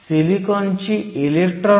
18 electron volt आहे सामग्री silicon आहे